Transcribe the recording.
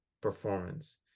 performance